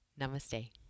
Namaste